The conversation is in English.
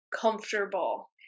comfortable